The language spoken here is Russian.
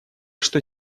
что